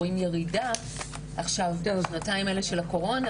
רואים ירידה בשנתיים האלה של הקורונה,